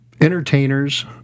entertainers